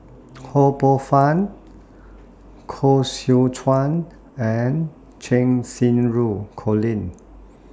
Ho Poh Fun Koh Seow Chuan and Cheng Xinru Colin